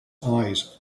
eyes